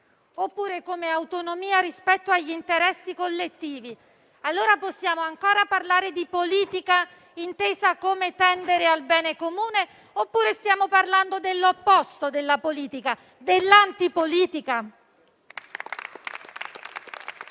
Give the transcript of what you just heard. oppure come autonomia rispetto agli interessi collettivi, allora possiamo ancora parlare di politica intesa come tendere al bene comune, oppure stiamo parlando dell'opposto della politica, dell'antipolitica?